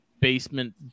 basement